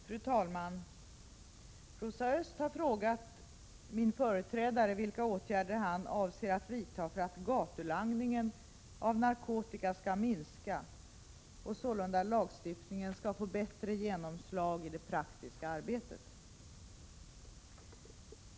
Fru talman! Rosa Östh har frågat min företrädare vilka åtgärder han avser att vidta för att gatulangningen av narkotika skall minska och, sålunda, för att lagstiftningen skall få bättre genomslag i det praktiska arbetet.